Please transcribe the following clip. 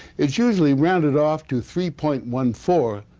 it's usually rounded off to three point one four,